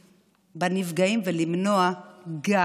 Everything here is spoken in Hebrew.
בנפגעים, ולמנוע גם